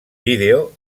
vídeo